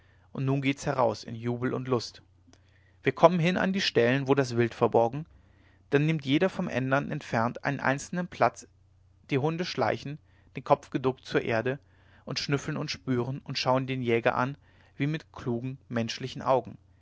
und nun geht's heraus in jubel und lust wir kommen hin an die stellen wo das wild verborgen da nimmt jeder vom ändern entfernt einzeln seinen platz die hunde schleichen den kopf geduckt zur erde und schnüffeln und spüren und schauen den jäger an wie mit klugen menschlichen augen